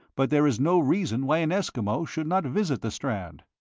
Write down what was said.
but there is no reason why an esquimaux should not visit the strand.